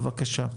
בבקשה.